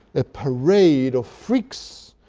a parade of freaks,